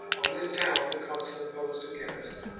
on this town the consul imposed a garrison,